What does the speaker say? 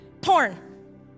Porn